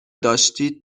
داشتید